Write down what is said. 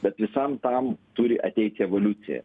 bet visam tam turi ateiti evoliucija